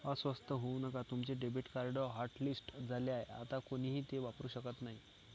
अस्वस्थ होऊ नका तुमचे डेबिट कार्ड हॉटलिस्ट झाले आहे आता कोणीही ते वापरू शकत नाही